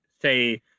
say